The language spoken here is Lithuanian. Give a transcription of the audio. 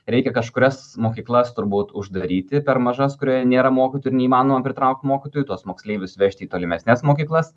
reikia kažkurias mokyklas turbūt uždaryti per mažas kurioje nėra mokytojų ir neįmanoma pritraukti mokytojų tuos moksleivius vežti į tolimesnes mokyklas